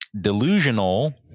Delusional